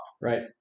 Right